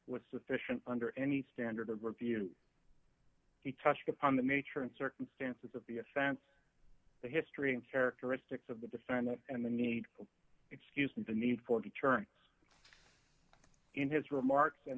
was sufficient under any standard of review he touched upon the nature and circumstances of the offense the history and characteristics of the defendant and the need for excuse me the need for deterrent in his remarks and